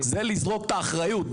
זה לזרוק את האחריות.